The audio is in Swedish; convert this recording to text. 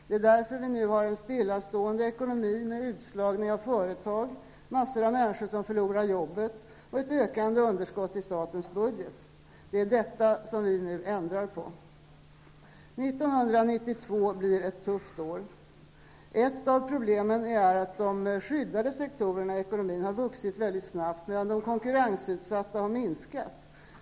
Det är därför vi nu har en stillastående ekonomi med utslagning av företag, massor av människor som förlorar jobbet, och ett ökande underskott i statens budget. Det är detta som vi nu ändrar på. 1992 blir ett tufft år. Ett av problemen är att de skyddade sektorerna i ekonomin har vuxit mycket snabbt medan de konkurrensutsatta har minskat.